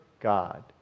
God